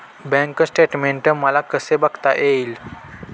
Bank statement मला कसे बघता येईल?